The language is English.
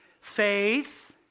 faith